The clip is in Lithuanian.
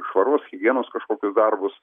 švaros higienos kažkokius darbus